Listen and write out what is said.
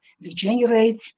regenerates